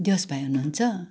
दिवस भाइ हुनुहुन्छ